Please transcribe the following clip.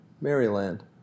Maryland